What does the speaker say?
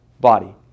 body